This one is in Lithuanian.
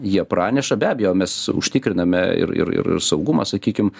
jie praneša be abejo mes užtikriname ir ir saugumą sakykim